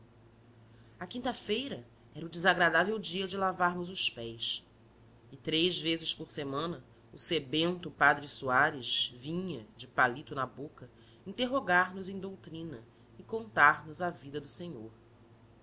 quinta-feira era o desagradável dia de lavarmos os pés e três vezes por semana o sebento padre soares vinha de palito na boca interrogar nos em doutrina e contar nos a vida do senhor